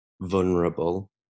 vulnerable